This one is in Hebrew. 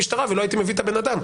במשטרה ולא הייתי מביא את הבן אדם.